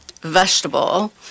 vegetable